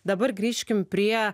dabar grįžkim prie